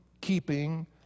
keeping